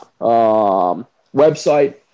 website